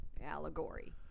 allegory